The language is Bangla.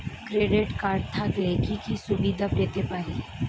ক্রেডিট কার্ড থাকলে কি কি সুবিধা পেতে পারি?